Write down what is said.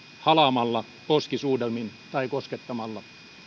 halaamalla poskisuudelmin tai koskettamalla